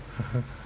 (uh huh)